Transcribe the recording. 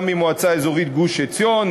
גם מהמועצה האזורית גוש-עציון,